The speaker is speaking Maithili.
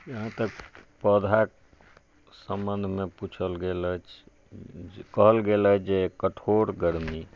जहाँ तक पौधाके सम्बन्धमे पूछल गेल अछि कहल गेल अछि जे कठोर गर्मी